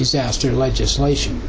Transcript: disaster legislation